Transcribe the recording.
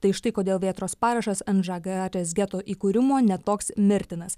tai štai kodėl vėtros parašas ant žagarės geto įkūrimo ne toks mirtinas